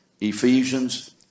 Ephesians